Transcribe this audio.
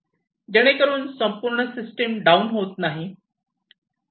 जेणेकरून संपूर्ण system down होत नाही